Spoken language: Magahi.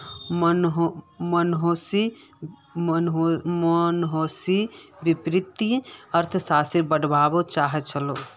मोहनीश वित्तीय अर्थशास्त्र पढ़वा चाह छ